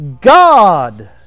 God